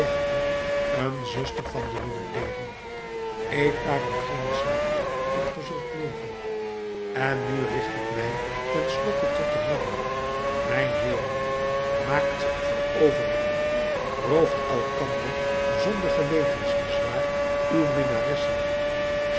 een zuster van de longtering eet daarom geen suiker en ge zult leven en nu richt ik mij ten slotte tot de mannen mijnheeren maakt veroveringen rooft elkander zonder gewetensbezwaar uw minnaressen